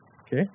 Okay